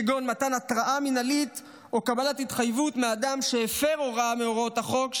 כגון מתן התראה מינהלית או קבלת התחייבות מאדם שהפר הוראה מהוראות החוק,